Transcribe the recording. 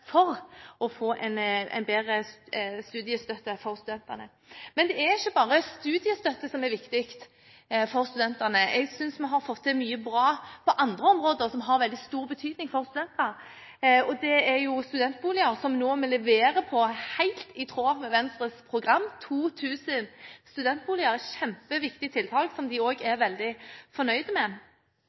for å få en bedre studiestøtte for studentene. Men det er ikke bare studiestøtte som er viktig for studentene. Jeg synes vi har fått til mye bra på andre områder som har veldig stor betydning for studenter. Det er studentboliger, som vi nå leverer på, helt i tråd med Venstres program – 2 000 studentboliger – et kjempeviktig tiltak, som de også er veldig fornøyd med.